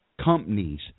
companies